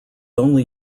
only